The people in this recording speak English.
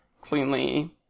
cleanly